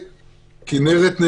להראות לכם סרטונים,